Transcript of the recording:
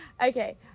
okay